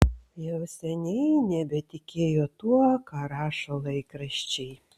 jau seniai nebetikėjo tuo ką rašo laikraščiai